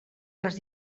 les